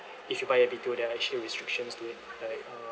if you buy a B_T_O there're actually restrictions to it like uh